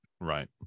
Right